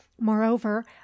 moreover